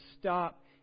stop